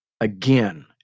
again